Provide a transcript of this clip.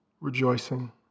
rejoicing